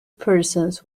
persons